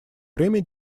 время